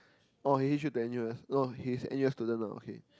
oh he Hitch you to N_U_S oh he is N_U_S student ah okay